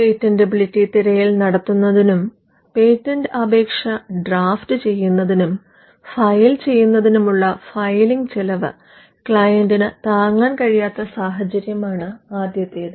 patentability തിരയൽ നടത്തുന്നതിനും patent അപേക്ഷ ഡ്രാഫ്റ്റു ചെയ്യുന്നതിനും ഫയൽ ചെയ്യുന്നതിനുമുള്ള ഫയലിംഗ് ചെലവ് ക്ലയന്റിന് താങ്ങാൻ കഴിയാത്ത സാഹചര്യമാണ് ആദ്യത്തേത്